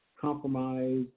compromise